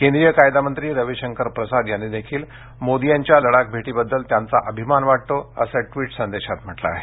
केंद्रीय कायदा मंत्री रवीशंकर प्रसाद यांनी देखील मोदी यांच्या लडाख भेटीबद्दल त्यांचा अभिमान वाटतो असं ट्विट संदेशात म्हटलं आहे